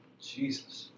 Jesus